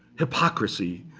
hypocrisy.